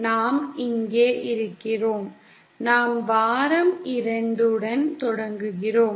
நாம் இங்கே இருக்கிறோம் நாம் வாரம் 2 உடன் தொடங்குகிறோம்